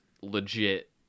legit